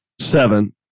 Seven